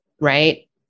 right